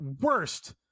worst